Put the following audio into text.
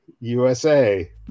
USA